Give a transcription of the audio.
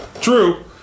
True